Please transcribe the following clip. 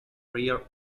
rear